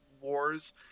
wars